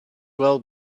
well